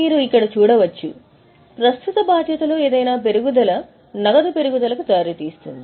మీరు ఇక్కడ చూడవచ్చు ప్రస్తుత బాధ్యతలో ఏదైనా పెరుగుదల నగదు పెరుగుదలకు దారితీస్తుంది